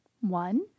One